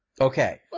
Okay